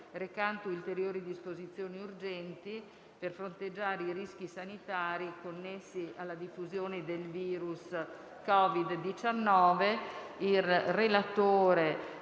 recante ulteriori disposizioni urgenti per fronteggiare i rischi sanitari connessi alla diffusione del virus COVID-19***